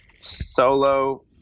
solo